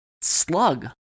slug